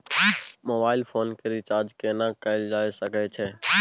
Mobile phone के recharge केना कैल जा सकै छै?